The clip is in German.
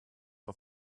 auf